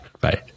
bye